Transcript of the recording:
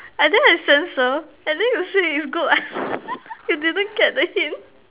and then I censor and then you said is good you didn't get the hint